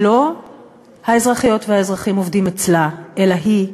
שלא האזרחיות והאזרחים עובדים אצלה אלא היא,